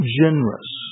generous